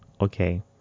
okay